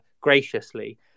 graciously